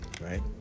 right